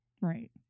Right